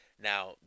Now